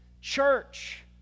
church